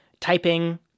typing